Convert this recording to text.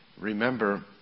remember